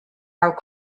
our